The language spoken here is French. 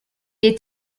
est